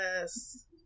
Yes